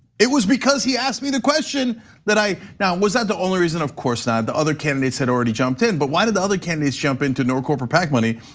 it was because he asked me the question that i, now was that the only reason of course not, the other candidates had already jumped in but why did the other candidates jump into know corporate pac money,